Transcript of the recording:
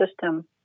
system